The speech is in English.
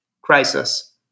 crisis